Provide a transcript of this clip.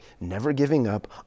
never-giving-up